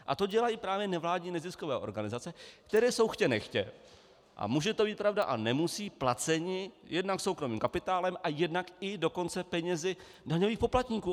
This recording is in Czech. A to dělají právě nevládní neziskové organizace, které jsou chtě nechtě, a může to být pravda a nemusí, placeny jednak soukromým kapitálem a jednak i dokonce penězi daňových poplatníků.